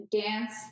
dance